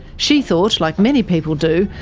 she thought, like many people do,